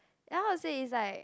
then how to say it's like